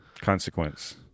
consequence